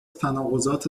تناقضات